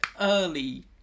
early